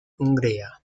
hungría